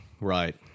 right